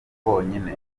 bonyine